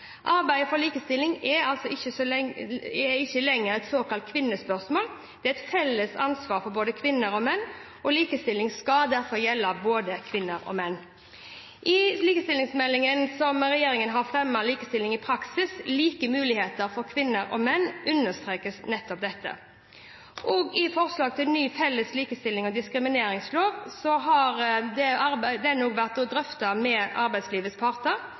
Arbeidet for likestilling er ikke lenger et såkalt kvinnespørsmål – det er et felles ansvar for både kvinner og menn. Likestilling skal derfor gjelde både for kvinner og for menn. I likestillingsmeldingen som regjeringen har fremmet, Likestilling i praksis – Like muligheter for kvinner og menn, understrekes nettopp dette. Også forslag til ny felles likestillings- og diskrimineringslov har vært drøftet med arbeidslivets parter. Lovforslaget er nylig sendt på høring og